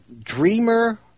Dreamer